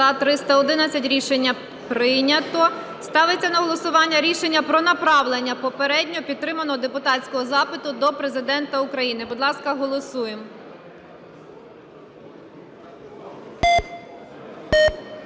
За-311 Рішення прийнято. Ставиться на голосування рішення про направлення попередньо підтриманого депутатського запиту до Президента України. Будь ласка, голосуємо.